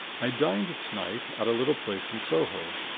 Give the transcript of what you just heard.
i dined to-night at a little place in soho.